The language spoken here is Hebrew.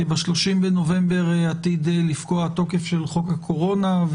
כי ב-30 בנובמבר עתיד לפקוע תוקף חוק הקורונה,